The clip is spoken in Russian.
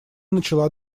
начала